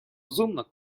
розумна